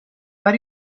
ماه